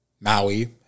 Maui